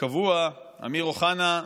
הקבוע אמיר אוחנה,